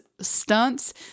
stunts